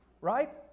right